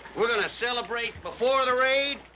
we're gonna celebrate before the raid,